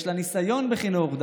יש לה ניסיון בחינוך,